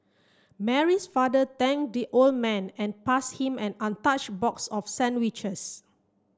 Mary's father thanked the old man and passed him an untouched box of sandwiches